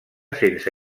sense